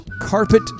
carpet